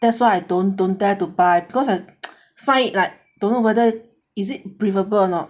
that's why I don't don't dare to buy because I find it like don't know whether is it breathable or not